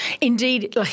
Indeed